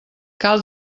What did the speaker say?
cal